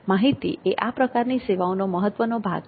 માહિતી એ આ પ્રકારની સેવાઓનો મહત્વનો ભાગ છે